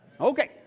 Okay